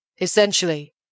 Essentially